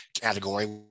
category